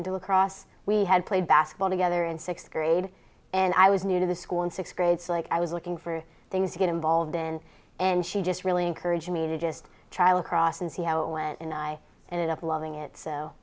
into a cross we had played basketball together in sixth grade and i was new to the school in sixth grade like i was looking for things to get involved in and she just really encouraged me to just child cross and see how it went and i ended up loving it so